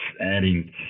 Adding